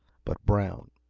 but brown,